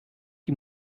die